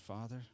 Father